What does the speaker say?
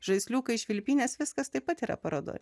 žaisliukai švilpynės viskas taip pat yra parodoje